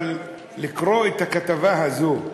אבל לקרוא את הכתבה הזו,